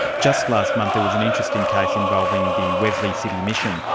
just last month there was an interesting case involving the wesley city mission.